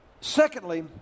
Secondly